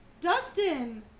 Dustin